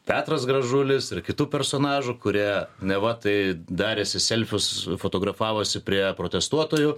petras gražulis ir kitų personažų kurie neva tai daręsi selfius fotografavosi prie protestuotojų